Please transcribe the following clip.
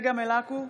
צגה מלקו,